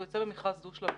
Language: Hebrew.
הוא יוצא במכרז דו-שלבי.